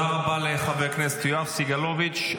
תודה רבה לחבר הכנסת יואב סגלוביץ'.